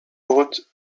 haute